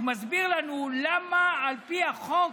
הוא מסביר לנו למה על פי החוק